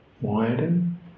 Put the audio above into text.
widen